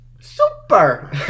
Super